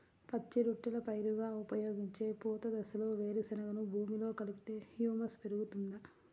పచ్చి రొట్టెల పైరుగా ఉపయోగించే పూత దశలో వేరుశెనగను భూమిలో కలిపితే హ్యూమస్ పెరుగుతుందా?